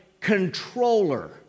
controller